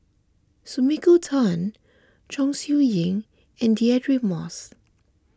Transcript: Sumiko Tan Chong Siew Ying and Deirdre Moss